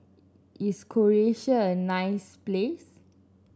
is Croatia a nice place